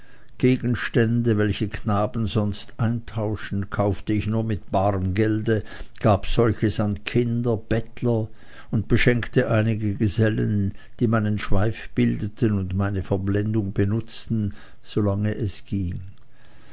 gegenstände welche knaben sonst eintauschen kaufte ich nur mit barem gelde gab solches an kinder bettler und beschenkte einige gesellen die meinen schweif bildeten und meine verblendung benutzten solange es ging